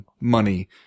money